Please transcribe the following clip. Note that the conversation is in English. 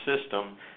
system